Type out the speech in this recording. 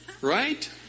Right